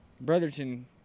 Brotherton